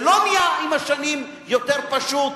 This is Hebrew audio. זה לא נהיה עם השנים יותר פשוט,